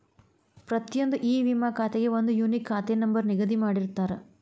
ಪ್ರತಿಯೊಂದ್ ಇ ವಿಮಾ ಖಾತೆಗೆ ಒಂದ್ ಯೂನಿಕ್ ಖಾತೆ ನಂಬರ್ ನಿಗದಿ ಮಾಡಿರ್ತಾರ